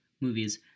movies